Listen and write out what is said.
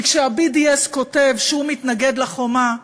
כי כשה-BDS כותב שהוא מתנגד לחומה,